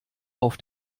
auf